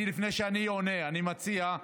לפני שאני עונה, אני מציע,